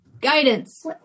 Guidance